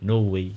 no way